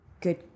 good